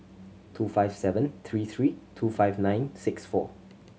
two five seven three three two five nine six four